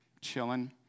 Chilling